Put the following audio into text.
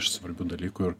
svarbių dalykų ir